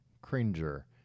Cringer